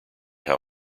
how